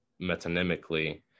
metonymically